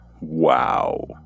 Wow